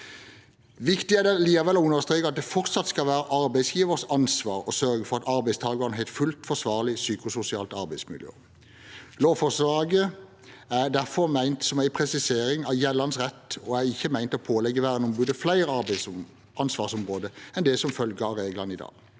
viktig å understreke at det fortsatt skal være arbeidsgivers ansvar å sørge for at arbeidstakerne har et fullt ut forsvarlig psykososialt arbeidsmiljø. Lovforslaget er derfor ment som en presisering av gjeldende rett og er ikke ment å pålegge verneombudet flere ansvarsområder enn det som følger av reglene i dag.